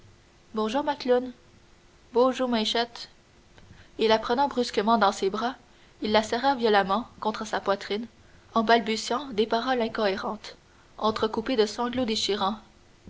bonjour macloune bôjou maïchette et la prenant brusquement dans ses bras il la serra violemment contre sa poitrine en balbutiant des phrases incohérentes entrecoupées de sanglots déchirants